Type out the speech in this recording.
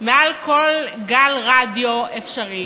ומעל כל גל רדיו אפשרי